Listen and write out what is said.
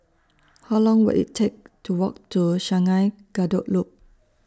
How Long Will IT Take to Walk to Sungei Kadut Loop